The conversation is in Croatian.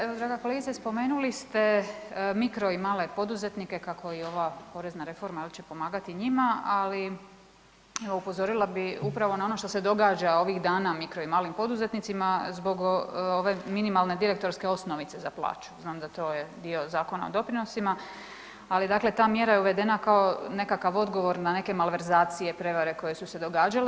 Evo draga kolegice spomenuli ste mikro i male poduzetnike kako i ova porezna reforma jel će pomagati i njima, ali upozorila bi upravo na ono što se događa ovih dana mikro i malim poduzetnicima zbog ove minimalne direktorske osnovice za plaću, znam da to je dio Zakona o doprinosima, ali dakle ta mjera je uvedena kao nekakav odgovor na neke malverzacije, prevare koje su se događale.